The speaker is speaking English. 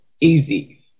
easy